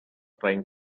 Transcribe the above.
trying